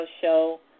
show